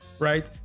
Right